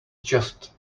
just